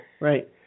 right